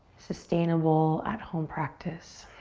sustainable at home practice.